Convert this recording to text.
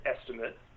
estimate